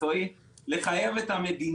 לחייב את המדינה.